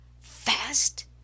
fast